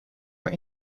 were